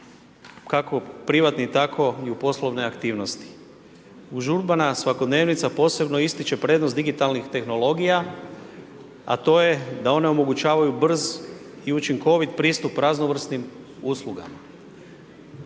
kako u privatni, tako i u poslovne aktivnosti. Užurbana svakodnevnica posebno ističe prednost digitalnih tehnologija a to je da one omogućavaju brz i učinkovit pristup raznovrsnim uslugama.